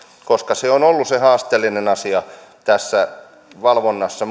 koska muun muassa tämä palkanmaksu on ollut yksi haasteellinen asia tässä valvonnassa